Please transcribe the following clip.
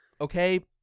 okay